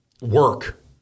work